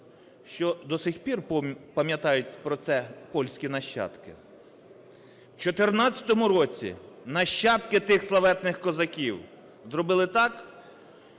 що до сих пір пам'ятають про це польські нащадки. В 14-му році нащадки тих славетних козаків зробили так,